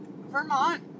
Vermont